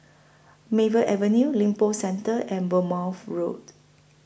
Maple Avenue Lippo Centre and Bournemouth Road